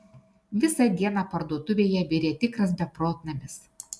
visą dieną parduotuvėje virė tikras beprotnamis